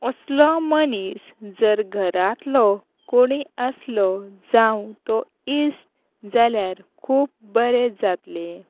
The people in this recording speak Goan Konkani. असलो मनीस जर घरांतलो कोणूय आसलो जावं तो इश्ट जाल्यार खूब बरें जातलें